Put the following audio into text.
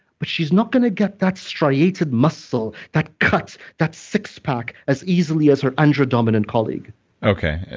but she's not going to get that striated muscle, that cut, that six-pack as easily as her andro-dominant colleague okay.